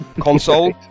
console